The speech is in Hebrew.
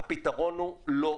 הפתרון הוא לא יבוא.